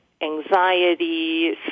anxiety